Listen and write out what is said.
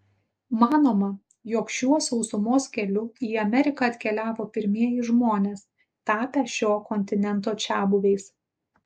manoma jog šiuo sausumos keliu į ameriką atkeliavo pirmieji žmonės tapę šio kontinento čiabuviais